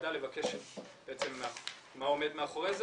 לוועדה לבקש --- מה עומד מאחורי זה